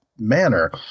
Manner